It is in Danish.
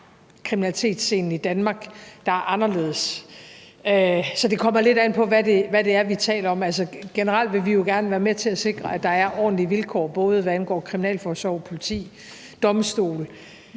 kriminalitetsscenen i Danmark, der er anderledes. Så det kommer lidt an på, hvad det er, vi taler om. Generelt vil vi jo gerne være med til at sikre, at der er ordentlige vilkår, både hvad angår kriminalforsorg, politi og domstole,